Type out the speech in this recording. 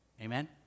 Amen